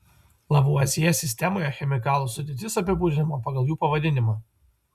lavuazjė sistemoje chemikalų sudėtis apibūdinama pagal jų pavadinimą